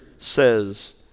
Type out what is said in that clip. Says